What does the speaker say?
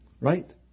Right